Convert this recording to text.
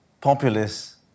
populists